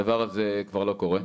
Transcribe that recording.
הדבר הזה כבר לא קורה.